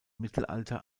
mittelalter